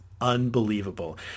unbelievable